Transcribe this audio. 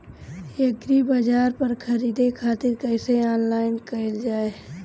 एग्रीबाजार पर खरीदे खातिर कइसे ऑनलाइन कइल जाए?